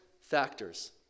factors